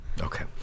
Okay